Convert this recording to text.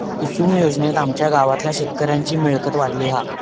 कुसूम योजनेत आमच्या गावातल्या शेतकऱ्यांची मिळकत वाढली हा